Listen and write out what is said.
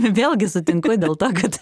vėlgi sutinku dėl to kad